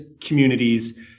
communities